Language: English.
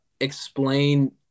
explain